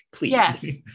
Yes